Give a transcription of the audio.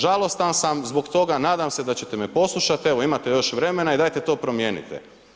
Žalostan sam zbog toga, nadam se da ćete me poslušati, evo, imate još vremena i dajte to promijenite.